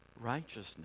righteousness